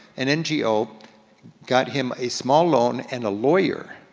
an ngo got him a small loan and a lawyer,